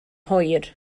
hwyr